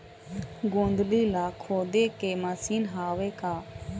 गोंदली ला खोदे के मशीन हावे का?